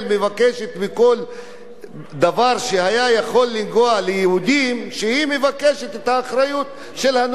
בכל דבר שהיה יכול לגעת ליהודים היא מבקשת את האחריות של הנוגעים בדבר.